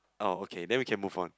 oh okay then we can move on